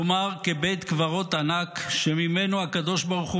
כלומר כבית קברות ענק שממנו הקדוש ברוך הוא